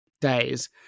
days